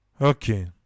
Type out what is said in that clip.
Okay